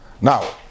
Now